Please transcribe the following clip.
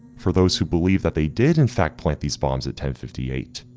for those who believe that they did in fact plant these bombs at ten fifty eight,